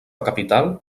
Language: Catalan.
capital